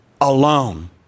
alone